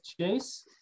chase